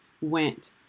went